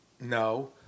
No